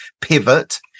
pivot